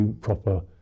proper